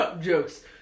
Jokes